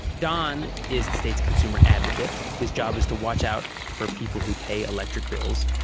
don is the state's consumer advocate. his job is to watch out for people who pay electric bills.